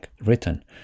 written